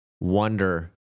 wonder